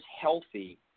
healthy